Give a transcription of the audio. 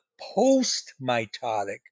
post-mitotic